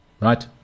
Right